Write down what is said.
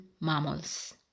mammals